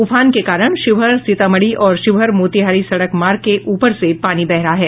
उफान के कारण शिवहर सीतामढ़ी और शिवहर मोतिहारी सड़क मार्ग के ऊपर से पानी बह रहा है